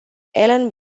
alan